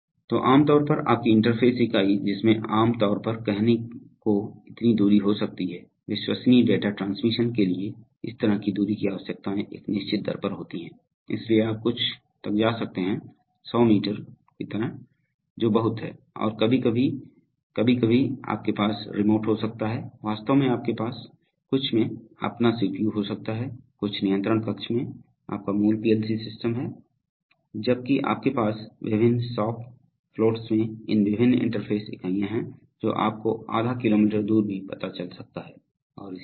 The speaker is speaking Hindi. तो आमतौर पर आपकी इंटरफ़ेस इकाई जिसमें आम तौर पर कहने को इतनी दुरी हो सकती है विश्वसनीय डेटा ट्रांसमिशन के लिए इस तरह की दूरी की आवश्यकताएं एक निश्चित दर पर होती हैं इसलिए आप कुछ तक जा सकते हैं 100 मीटर की तरह जो बहुत है और कभी कभी आपके पास रिमोट हो सकता है वास्तव में आपके पास कुछ में अपना सीपीयू हो सकता है कुछ नियंत्रण कक्ष में आपका मूल पीएलसी सिस्टम है जबकि आपके पास विभिन्न शॉप फ्लोट्स में इन विभिन्न इंटरफ़ेस इकाइयाँ हैं जो आपको आधा किलोमीटर दूर भी पता चल सकतI है और इसी तरह